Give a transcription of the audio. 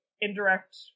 indirect